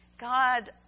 God